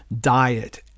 diet